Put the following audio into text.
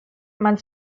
man